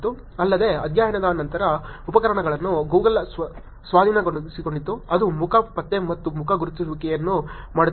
ಅಲ್ಲದೆ ಅಧ್ಯಯನದ ನಂತರ ಉಪಕರಣವನ್ನು Google ಸ್ವಾಧೀನಪಡಿಸಿಕೊಂಡಿತು ಅದು ಮುಖ ಪತ್ತೆ ಮತ್ತು ಮುಖ ಗುರುತಿಸುವಿಕೆಯನ್ನು ಮಾಡುತ್ತಿದೆ